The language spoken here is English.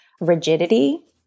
rigidity